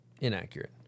inaccurate